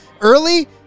early